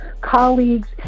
colleagues